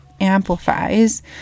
amplifies